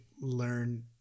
learn